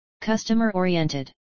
Customer-oriented